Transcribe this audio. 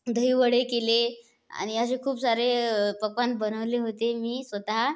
दहीवडे केले आणि असे खूप सारे पकवान बनवले होते मी स्वतः